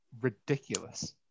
ridiculous